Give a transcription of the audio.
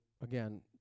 again